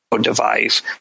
device